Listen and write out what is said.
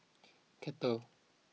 Kettle